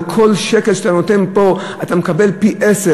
על כל שקל שאתה נותן פה, אתה מקבל פי-עשרה.